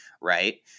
Right